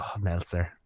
Meltzer